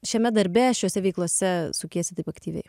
šiame darbe šiose veiklose sukiesi taip aktyviai